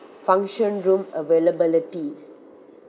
function room availability